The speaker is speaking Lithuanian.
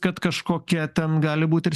kad kažkokia ten gali būt ir